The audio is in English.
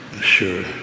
Sure